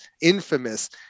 infamous